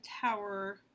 tower